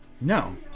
No